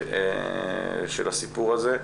של הסיפור הזה.